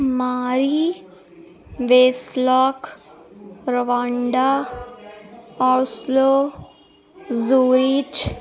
ماری ویس لک روانڈا اوسلو زوریچ